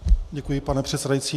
Děkuji, pane předsedající.